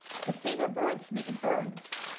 the fever burns me, it burns,